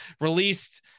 released